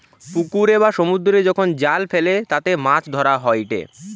পুকুরে বা সমুদ্রে যখন জাল ফেলে তাতে মাছ ধরা হয়েটে